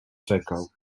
czekał